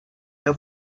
the